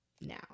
now